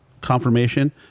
confirmation